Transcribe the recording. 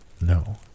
no